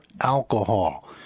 alcohol